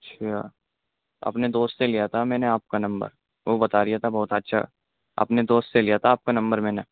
اچھا اپنے دوست سے لیا تھا میں نے آپ کا نمبر وہ بتا ریا تھا بہت اچھا اپنے دوست سے لیا تھا آپ کا نمبر میں نے